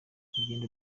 urugendo